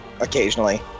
occasionally